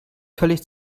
völlig